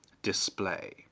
display